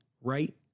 right